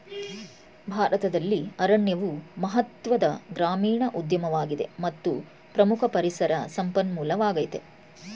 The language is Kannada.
ಭಾರತದಲ್ಲಿ ಅರಣ್ಯವು ಮಹತ್ವದ ಗ್ರಾಮೀಣ ಉದ್ಯಮವಾಗಿದೆ ಮತ್ತು ಪ್ರಮುಖ ಪರಿಸರ ಸಂಪನ್ಮೂಲವಾಗಯ್ತೆ